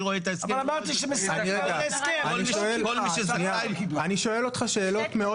רואה את ההסכם --- אני שואל אותך שאלות מאוד